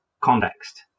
context